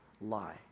lie